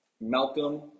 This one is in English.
Malcolm